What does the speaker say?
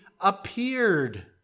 appeared